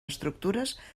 estructures